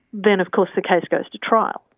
then of course the case goes to trial.